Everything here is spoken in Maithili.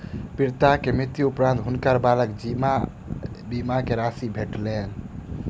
पिता के मृत्यु उपरान्त हुनकर बालक के जीवन बीमा के राशि भेटलैन